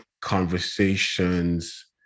conversations